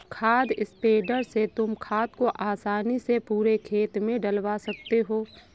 खाद स्प्रेडर से तुम खाद को आसानी से पूरे खेत में डलवा सकते हो